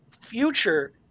future